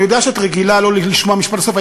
אני יודע שאת רגילה לא לשמוע משפט עד הסוף.